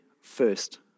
first